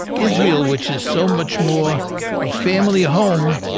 israel, which is so much more a family home,